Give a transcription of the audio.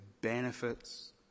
benefits